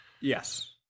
Yes